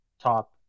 top